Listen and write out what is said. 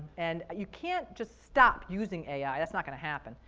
and you can't just stop using ai. that's not going to happen,